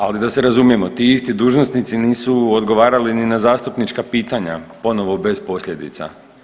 Ali da se razumijemo ti isti dužnosnici nisu odgovarali ni na zastupnička pitanja ponovno bez posljedica.